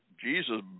Jesus